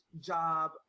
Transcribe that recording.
job